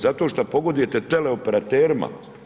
Zato što pogodujete teleoperaterima.